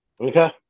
Okay